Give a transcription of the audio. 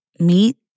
meet